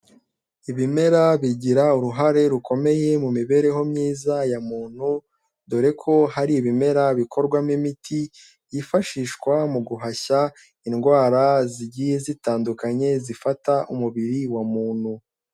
Ibimera bigira uruhare rukomeye mu mibereho myiza ya muntu, dore ko hari ibimera bikorwamo imiti yifashishwa mu guhashya indwara zigiye zitandukanye zifata umubiri wa muntu.